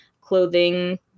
clothing